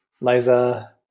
liza